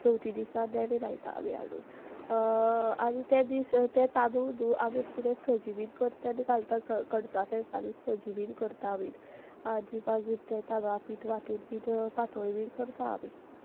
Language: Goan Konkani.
चवथी दिसा नेवें लायता आमी हाडून आनी ते दीस ते तांदूळ न्हू आमी अशें कितें सजी बीन कर तेन्ना घालता कडसां फेस्तांनी सजी बीन करता बीन आनी मागीर ते तांदळां पीट वांटून बीन पातोळी बीन करता आमी